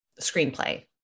screenplay